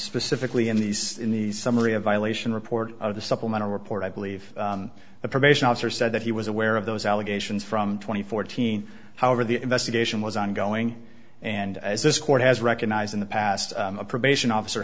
specifically in these in the summary of violation report of the supplemental report i believe the probation officer said that he was aware of those allegations from twenty fourteen however the investigation was ongoing and as this court has recognized in the past a probation officer